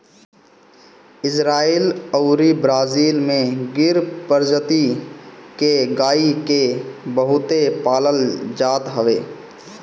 Israel अउरी Brazil में गिर प्रजति के गाई के बहुते पालल जात हवे